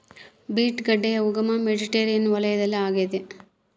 beet ಗಡ್ಡೆಯ ಉಗಮ Mediterranean ವಲಯದಲ್ಲಿ ಆಗ್ಯಾದ